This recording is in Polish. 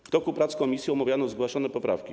W toku prac komisji omawiano zgłaszane poprawki.